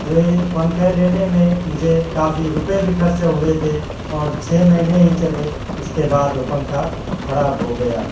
تو یہ پنکھے لینے میں مجھے کافی روپئے بھی خرچ ہوئے تھے اور چھ مہینے ہی چلے اس کے بعد وہ پنکھا خراب ہو گیا